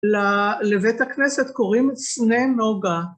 לבית הכנסת קוראים צנן נוגה.